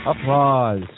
applause